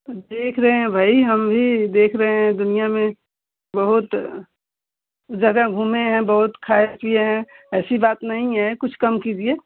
देख रहे हैं भई हम भी देख रहे हैं दुनियाँ में बहुत जगह घूमें हैं बहुत खाए पीए हैं ऐसी बात नहीं है कुछ कम कीजिए